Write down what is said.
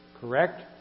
Correct